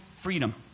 freedom